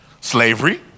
Slavery